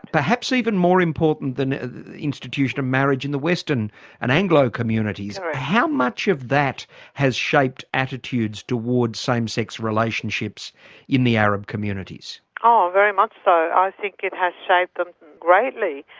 perhaps even more important than the institution of marriage in the western and anglo communities. correct. how much of that has shaped attitudes towards same sex relationships in the arab communities? oh, very much so, i think it has shaped them greatly,